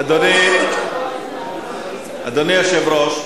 אדוני היושב-ראש,